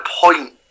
point